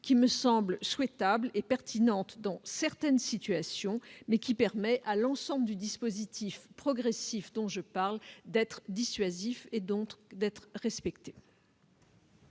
qui me semble souhaitable et pertinente dans certaines situations et qui permet à l'ensemble du dispositif progressif que j'ai évoqué d'être dissuasif, et donc d'être respecté.